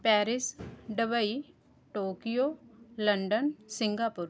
Paris Dubai Tokyo London Singapore